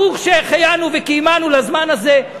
ברוך שהגיענו וקיימנו לזמן הזה,